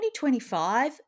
2025